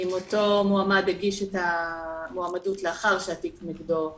אם אותו מועמד הגיש את המועמדות לאחר שהתיק נגדו נסגר,